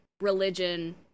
religion